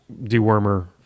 dewormer